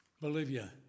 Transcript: Bolivia